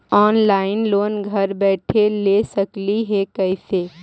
Online loan घर बैठे ले सकली हे, कैसे?